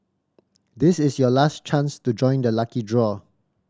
this is your last chance to join the lucky draw